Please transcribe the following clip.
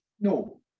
No